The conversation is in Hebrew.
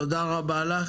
תודה, יו"ר הוועדה.